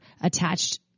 attached